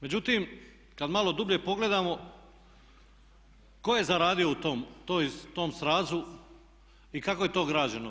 Međutim, kad malo dublje pogledamo tko je zaradio u tom srazu i kako je to građeno?